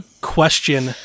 question